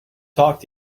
talk